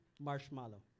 marshmallow